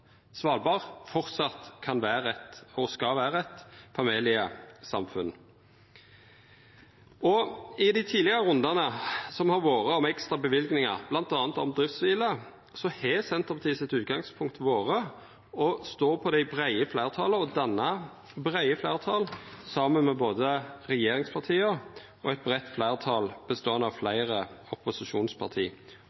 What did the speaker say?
Svalbard framleis kan vera – og skal vera – eit familiesamfunn. I dei tidlegare rundane som har vore om ekstra løyvingar, bl.a. når det gjeld driftskvile, har Senterpartiets utgangspunkt vore å stå på det breie fleirtalet – danna breie fleirtal saman med regjeringspartia og òg danna eit breitt fleirtal beståande av